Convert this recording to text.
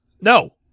No